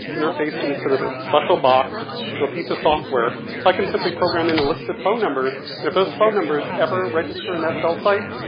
interfaced into this special box to a piece of software, so i can simply program in the list of phone numbers and if those phone numbers ever register in that cell site,